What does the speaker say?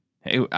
Hey